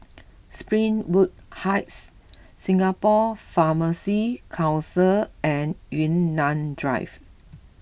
Springwood Heights Singapore Pharmacy Council and Yunnan Drive